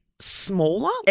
smaller